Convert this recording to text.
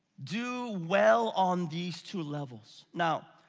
do well on these two levels. now,